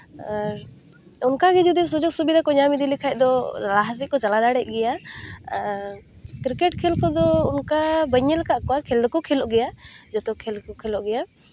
ᱟᱨ ᱚᱱᱠᱟᱜᱮ ᱡᱩᱫᱤ ᱥᱩᱡᱚᱜᱽ ᱥᱩᱵᱤᱫᱷᱟ ᱠᱚ ᱧᱟᱢ ᱤᱫᱤ ᱞᱮᱠᱷᱟᱡ ᱫᱚ ᱞᱟᱦᱟ ᱥᱮᱫ ᱠᱚ ᱪᱟᱞᱟᱣ ᱫᱟᱲᱮᱭᱟᱜ ᱜᱮᱭᱟ ᱟᱨ ᱠᱨᱤᱠᱮᱴ ᱠᱷᱮᱞ ᱠᱚᱫᱚ ᱚᱱᱠᱟ ᱵᱟᱹᱧ ᱧᱮᱞ ᱠᱟᱜ ᱠᱚᱣᱟ ᱠᱷᱮᱞ ᱫᱚᱠᱚ ᱠᱷᱮᱞᱚᱜ ᱜᱮᱭᱟ ᱡᱚᱛᱚ ᱠᱷᱮᱞ ᱜᱮᱠᱚ ᱠᱷᱮᱞᱚᱜ ᱜᱮᱭᱟ